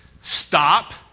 stop